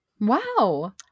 wow